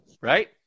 right